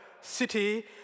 city